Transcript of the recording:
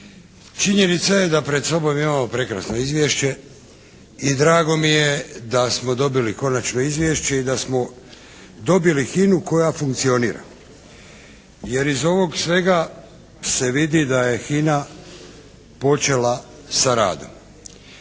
Činjenica je da pred sobom imamo prekrasno izvješće i drago mi je da smo dobili konačno izvješće i da smo dobili HINA-u koja funkcionira jer iz ovog svega se vidi da je HINA počela sa radom.